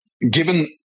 given